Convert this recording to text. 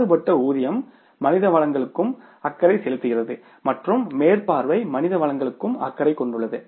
மாறுபட்ட ஊதியம் மனித வளங்களுக்கும் அக்கறை செலுத்துகிறது மற்றும் மேற்பார்வை மனித வளங்களுக்கும் அக்கறை கொண்டுள்ளது